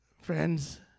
Friends